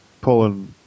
pulling